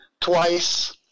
twice –